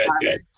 good